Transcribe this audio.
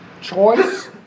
Choice